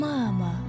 Mama